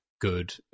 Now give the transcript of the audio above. good